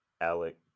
Alec